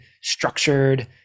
structured